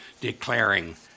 declaring